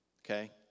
Okay